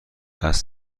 اسب